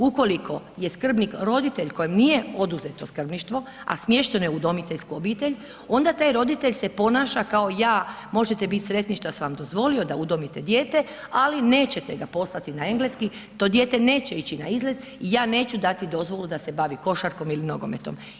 Ukoliko je skrbnik roditelj kojem nije oduzeto skrbništvo, a smješteno je u udomiteljsku obitelj, onda taj roditelj se ponaša kao ja, možete biti sretni što sam vam dozvolio da udomite dijete, ali nećete ga poslati na engleski, to dijete neće ići na izlet i ja neću dati dozvolu da se bavi košarkom ili nogometom.